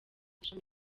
ishami